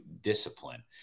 discipline